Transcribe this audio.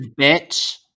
bitch